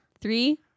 Three